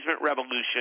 Revolution